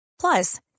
plus